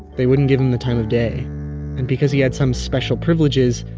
they wouldn't give him the time of day, and because he had some special privileges,